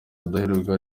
rudahigwa